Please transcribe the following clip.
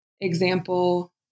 example